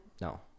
No